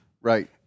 Right